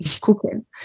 cooking